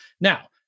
Now